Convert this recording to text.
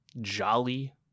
jolly